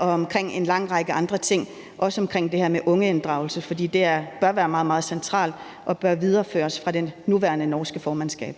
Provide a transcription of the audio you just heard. og en lang række andre ting – også omkring det her med ungeinddragelse, for det bør være meget, meget centralt og bør videreføres fra det nuværende norske formandskab.